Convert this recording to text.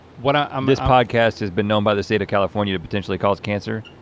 what um i'm this podcast has been known by the state of california to potentially cause cancer.